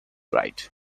right